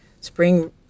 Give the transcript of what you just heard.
spring